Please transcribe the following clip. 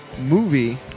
movie